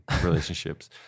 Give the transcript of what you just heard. relationships